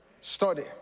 Study